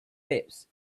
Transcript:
lips